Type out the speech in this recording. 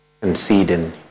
conceding